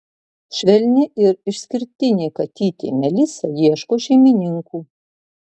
švelni ir išskirtinė katytė melisa ieško šeimininkų